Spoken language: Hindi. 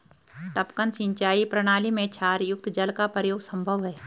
टपकन सिंचाई प्रणाली में क्षारयुक्त जल का प्रयोग संभव है